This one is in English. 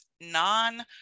non